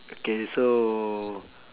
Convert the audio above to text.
okay so